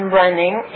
running